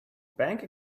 bank